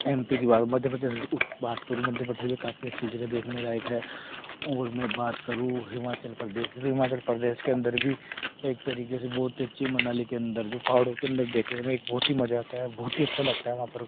M P के बात मध्य प्रदेश ऊ की बात करूँ मध्य प्रदेश भी काफी अच्छी जगह देखने लायक है और मैं बात करूँ हिमाचल प्रदेश हिमाचल प्रदेश के अंदर भी एक तरीके से बहुत ही अच्छी मनाली के अंदर जो पहाड़ों के अंदर देखने में एक बहुत ही मज़ा आता है बहुत ही अच्छा लगता है वहाँ पर देखने में और घूमने में